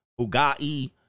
Bugatti